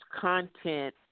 content